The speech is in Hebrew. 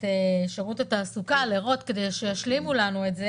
שירות התעסוקה כדי שישלימו לנו את זה.